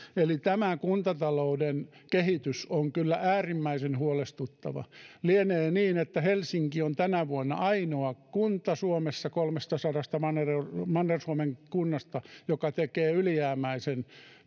eli tämä kuntatalouden kehitys on kyllä äärimmäisen huolestuttava lienee niin että helsinki on tänä vuonna ainoa kunta suomessa kolmestasadasta manner manner suomen kunnasta joka tekee ylijäämäisen